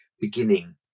beginning